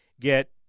get